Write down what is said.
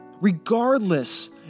regardless